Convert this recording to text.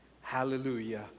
Hallelujah